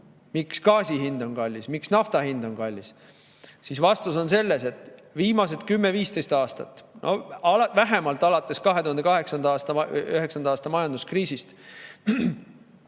miks gaasi hind on kallis, miks nafta hind on kallis, siis vastus on selles, et viimased kümme-viisteist aastat, no vähemalt alates 2009. aasta majanduskriisist